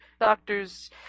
Doctors